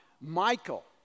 Michael